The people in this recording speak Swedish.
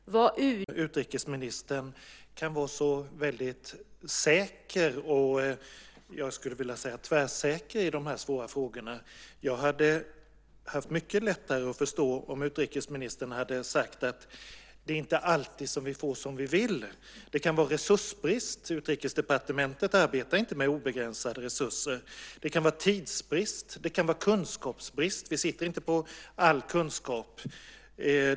Herr talman! Det är svårt att riktigt sätta sig in i hur utrikesministern kan vara så väldigt säker eller, skulle jag vilja säga, tvärsäker, i de här svåra frågorna. Jag hade haft mycket lättare att förstå om utrikesministern hade sagt att det inte är alltid som vi får som vi vill. Det kan vara resursbrist. Utrikesdepartementet arbetar ju inte med obegränsade resurser. Det kan vara tidsbrist. Det kan vara kunskapsbrist - vi sitter inte på all kunskap.